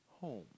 home